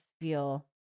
feel